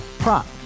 Prop